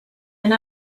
and